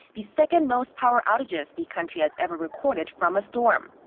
the second-most power outages the country has ever recorded from a storm.